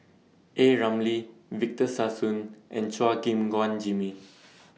A Ramli Victor Sassoon and Chua Gim Guan Jimmy